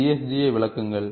CSG ஐ விளக்குங்கள்